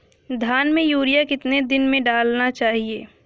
धान में यूरिया कितने दिन में डालना चाहिए?